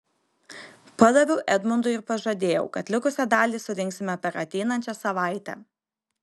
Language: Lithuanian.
padaviau edmundui ir pažadėjau kad likusią dalį surinksime per ateinančią savaitę